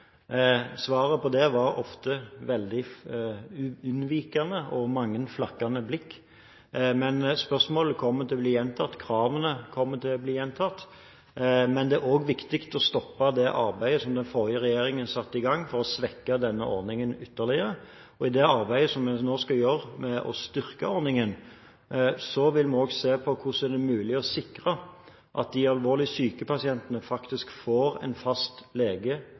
Svaret på det var ofte veldig unnvikende – og mange flakkende blikk – men spørsmålet kommer til å bli gjentatt, og kravene kommer til å bli gjentatt. Men det er også viktig å stoppe arbeidet den forrige regjeringen satte i gang for å svekke denne ordningen ytterligere. I det arbeidet som vi nå skal gjøre med å styrke ordningen, vil vi også se på hvordan det er mulig å sikre at de alvorlig syke pasientene faktisk får en fast lege